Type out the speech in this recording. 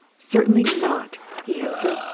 certainly not! he answered.